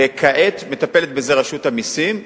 1. כעת מטפלת בזה רשות המסים,